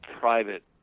private